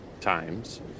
times